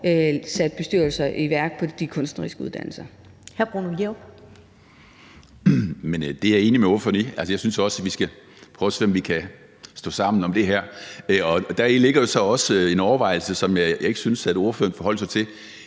nedsat bestyrelser på de kunstneriske uddannelser.